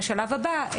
בשלב הבא,